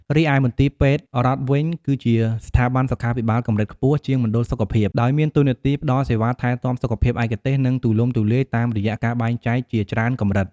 រីឯមន្ទីរពេទ្យរដ្ឋវិញ គឺជាស្ថាប័នសុខាភិបាលកម្រិតខ្ពស់ជាងមណ្ឌលសុខភាព ដោយមានតួនាទីផ្តល់សេវាថែទាំសុខភាពឯកទេស និងទូលំទូលាយ តាមរយៈការបែងចែកជាច្រើនកម្រិត។